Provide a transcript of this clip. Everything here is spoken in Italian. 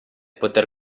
poter